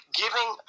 giving